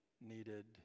needed